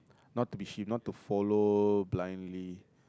not to be sheep not to follow blindly